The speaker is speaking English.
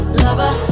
lover